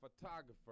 photographer